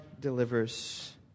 delivers